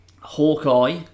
Hawkeye